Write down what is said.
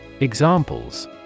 Examples